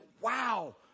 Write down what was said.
wow